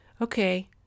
Okay